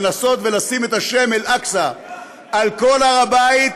לנסות לשים את השם אל-אקצא על כל הר הבית,